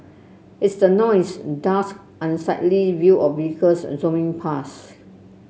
it's the noise dust and unsightly view of vehicles and zooming past